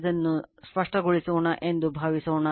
ಅದನ್ನು ಸ್ಪಷ್ಟಗೊಳಿಸೋಣ ಎಂದು ಭಾವಿಸೋಣ